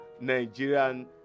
nigerian